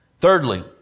Thirdly